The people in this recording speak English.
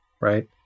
right